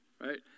right